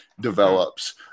develops